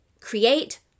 Create